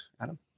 Adam